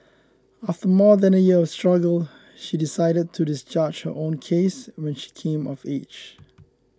after more than a year of struggle she decided to discharge her own case when she came of age